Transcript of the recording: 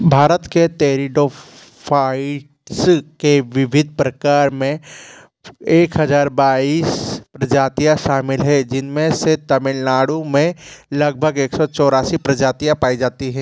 भारत के टेरिडोफाइट्स के विविध प्रकार में एक हज़ार बाईस प्रजातियाँ शामिल है जिनमें से तमिल नाडु में लगभग एक सौ चौरासी प्रजातियाँ पाई जाती है